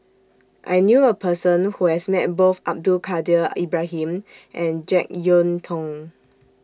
I knew A Person Who has Met Both Abdul Kadir Ibrahim and Jek Yeun Thong